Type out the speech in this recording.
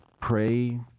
pray